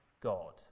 God